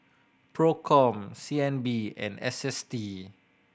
Procom C N B and S S T